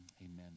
Amen